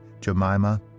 Jemima